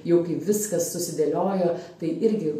jau kai viskas susidėliojo tai irgi